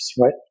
right